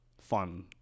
fun